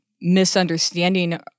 misunderstanding